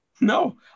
No